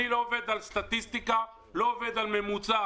אני לא עובד על סטטיסטיקה או על ממוצע.